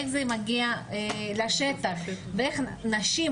איך זה מגיע לשטח ואיך נשים,